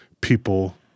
people